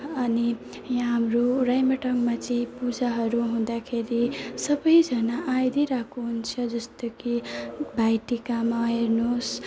अनि यहाँ हाम्रो राइमटाङमा चाहिँ पूजाहरू हुँदाखेरि सबैजना आइदिइरहेको हुन्छ जस्तो कि भाइटिकामा हेर्नुहोस्